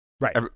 Right